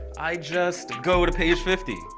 i just go to page fifty.